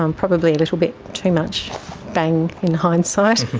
um probably a little bit too much bang in hindsight.